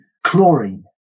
chlorine